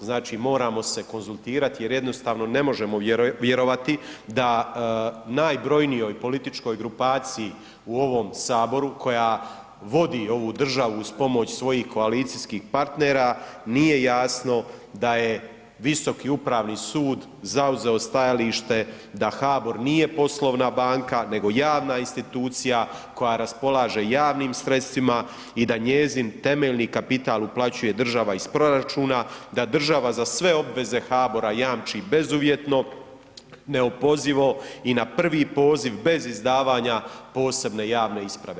Znači moramo se konzultirati jer jednostavno ne možemo vjerovati da najbrojnijoj političkoj grupaciji u ovom Saboru koja vodi ovu državu uz pomoć svojih koalicijskih partnera nije jasno da je Visoki upravni sud zauzeo stajalište da HBOR nije poslovna banka nego javna institucija koja raspolaže javnim sredstvima i da njezin temeljni kapital uplaćuje država iz proračuna, da država za sve obveze HBOR-a jamči bezuvjetno, neopozivo i na prvi poziv bez izdavanja posebne javne isprave.